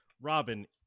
Robin